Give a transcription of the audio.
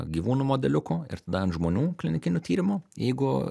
gyvūnų modeliukų ir tada ant žmonių klinikinių tyrimų jeigu